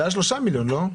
זה היה שלושה מיליון, לא?